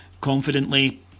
confidently